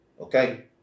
Okay